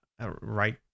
right